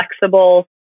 flexible